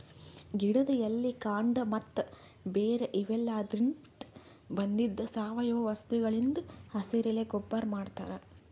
ಗಿಡದ್ ಎಲಿ ಕಾಂಡ ಮತ್ತ್ ಬೇರ್ ಇವೆಲಾದ್ರಿನ್ದ ಬಂದಿದ್ ಸಾವಯವ ವಸ್ತುಗಳಿಂದ್ ಹಸಿರೆಲೆ ಗೊಬ್ಬರ್ ಮಾಡ್ತಾರ್